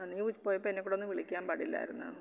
ആ നീ ഉജ് പോയപ്പം എന്നെ കൂടൊന്ന് വിളിക്കാൻ പാടില്ലായിരുന്നോ